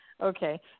Okay